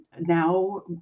now